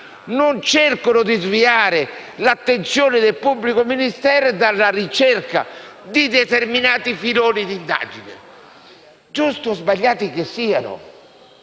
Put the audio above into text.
non cerchino di sviare l'attenzione del pubblico ministero dalla ricerca di determinati filoni di indagine, giusti o sbagliati che siano.